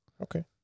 Okay